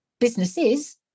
businesses